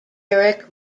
eric